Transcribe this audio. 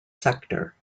sector